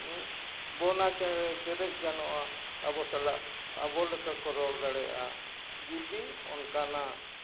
ᱵᱚᱱᱟ ᱪᱮᱬᱮ ᱪᱮᱨᱮᱡ ᱜᱟᱱᱚᱜᱼᱟ ᱟᱵᱚ ᱥᱟᱞᱟᱜ ᱟᱵᱚ ᱞᱮᱠᱟ ᱠᱚ ᱨᱚᱲ ᱫᱟᱲᱮᱭᱟᱜᱼᱟ ᱡᱩᱫᱤ ᱚᱱᱠᱟᱱᱟᱜ